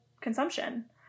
consumption